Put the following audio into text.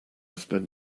spend